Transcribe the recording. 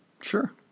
Sure